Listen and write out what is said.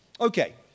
Okay